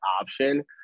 option